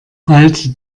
ballte